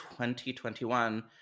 2021